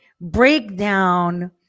breakdown